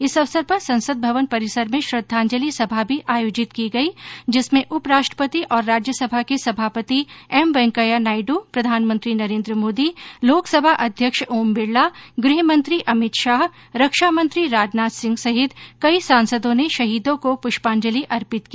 इस अवसर पर संसद भवन परिसर में श्रद्धांजलि सभा भी आयोजित की गई जिसमें उपराष्ट्रपति और राज्यसभा के सभापति एम वेंकैया नायडू प्रधानमंत्री नरेंद्र मोदी लोकसभा अध्यक्ष ओम बिरला गृह मंत्री अमित शाह रक्षा मंत्री राजनाथ सिंह सहित कई सांसदों ने शहीदों को पृष्पांजलि अर्पित की